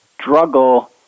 struggle